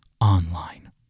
online